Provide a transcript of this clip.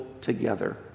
together